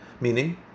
Meaning